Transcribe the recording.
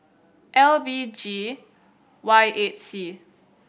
L B G Y eight C